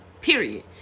period